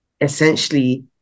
essentially